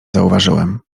zauważyłem